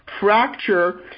fracture